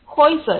होय सर